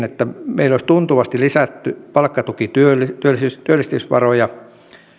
että meillä olisi tuntuvasti lisätty palkkatukityöllistämisvaroja